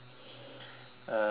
um so how